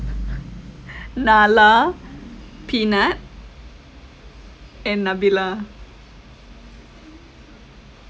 nala peanut and nabila